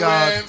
God